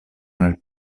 nel